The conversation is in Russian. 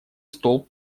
столб